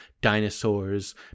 dinosaurs